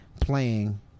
playing